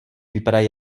vypadají